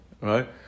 Right